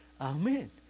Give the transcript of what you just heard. Amen